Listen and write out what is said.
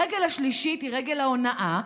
הרגל השלישית היא רגל ההונאה,